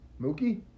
Mookie